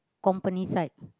company side